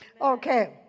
Okay